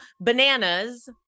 bananas